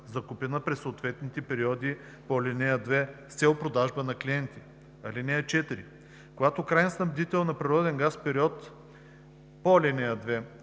закупени през съответните периоди по ал. 2 с цел продажба на клиенти. (4) Когато краен снабдител на природен газ в период по ал. 2